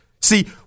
See